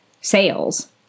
sales